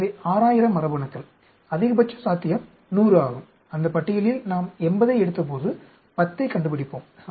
எனவே 6000 மரபணுக்கள் அதிகபட்ச சாத்தியம் 100 ஆகும் அந்த பட்டியலில் நாம் 80 ஐ எடுத்தபோது 10 ஐக் கண்டுபிடிப்போம்